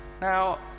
Now